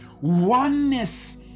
Oneness